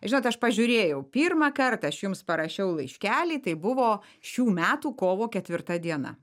žinot aš pažiūrėjau pirmą kartą aš jums parašiau laiškelį tai buvo šių metų kovo ketvirta diena